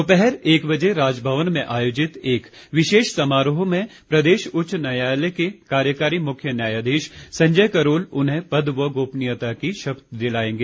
दोपहर एक बजे राजभवन में आयोजित एक विशेष समारोह में प्रदेश उच्च न्यायालय के कार्यकारी मुख्य न्यायाधीश संजय करोल उन्हें पद व गोपनीयता की शपथ दिलाएंगे